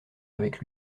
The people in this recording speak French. avec